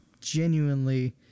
genuinely